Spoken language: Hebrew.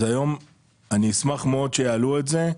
אני אשמח מאוד שיעלו את זה.